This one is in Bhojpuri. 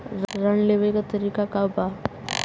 ऋण लेवे के तरीका का बा?